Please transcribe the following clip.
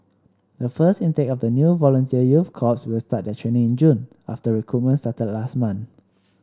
the first intake of the new volunteer youth corps will start their training in June after recruitment started last month